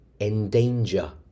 endanger